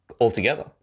altogether